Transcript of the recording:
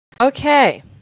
Okay